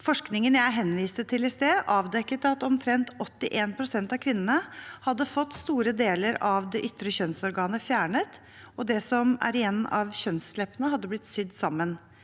Forskningen jeg henviste til i sted, avdekket at omtrent 81 pst. av kvinnene hadde fått store deler av det ytre kjønnsorganet fjernet, og det som var igjen av kjønnsleppene, hadde blitt sydd sammen.